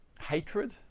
hatred